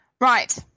Right